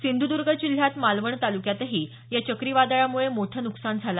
सिंधुदर्ग जिल्ह्यात मालवण तालुक्यातही या चक्रीवादळामुळे मोठं नुकसान झालं